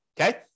Okay